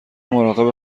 مراقب